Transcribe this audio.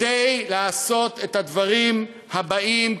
לעשות את הדברים הבאים,